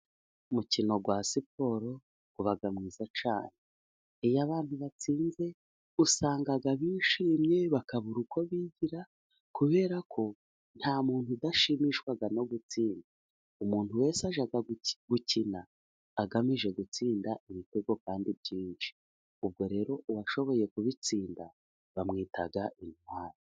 Umukino wa siporo uba mwiza cyane. Iyo abantu batsinze usanga bishimye， bakabura uko bigira kubera ko nta muntu udashimishwa no gutsinda. Umuntu wese ashaka gukina agamije gutsinda ibitego，kandi byinshi. Ubwo rero uwashoboye kubitsinda bamwita intwari.